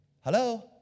Hello